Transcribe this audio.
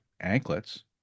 anklets